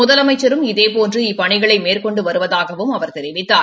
முதலமச்சரும் இதேபோன்று இப்பணிகளை மேற்கொண்டு வருவதாகவும் அவர் தெரிவித்தார்